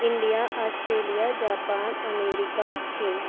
India Australia Japan America China